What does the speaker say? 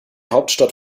hauptstadt